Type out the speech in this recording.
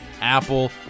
apple